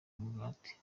umugati